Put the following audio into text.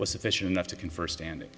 was sufficient enough to confer standing